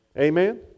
Amen